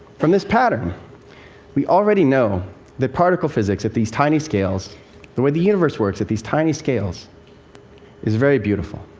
from this pattern we already know the particle physics of these tiny scales the way the universe works at these tiny scales is very beautiful.